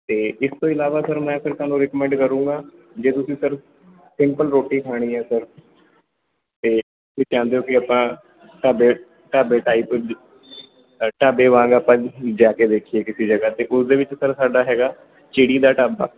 ਅਤੇ ਇਸ ਤੋਂ ਇਲਾਵਾ ਸਰ ਮੈਂ ਫਿਰ ਤੁਹਾਨੂੰ ਰਿਕਮੈਂਡ ਕਰੂੰਗਾ ਜੇ ਤੁਸੀਂ ਸਰ ਸਿੰਪਲ ਰੋਟੀ ਖਾਣੀ ਹੈ ਸਰ ਤਾਂ ਤੁਸੀਂ ਚਾਹੁੰਦੇ ਹੋ ਕਿ ਆਪਾਂ ਢਾਬੇ ਢਾਬੇ ਟਾਈਪ ਢਾਬੇ ਵਾਂਗ ਆਪਾਂ ਜਾ ਕੇ ਦੇਖੀਏ ਕਿਸੇ ਜਗ੍ਹਾ 'ਤੇ ਉਸ ਦੇ ਵਿੱਚ ਸਰ ਸਾਡਾ ਹੈਗਾ ਚਿੜੀ ਦਾ ਢਾਬਾ